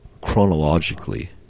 chronologically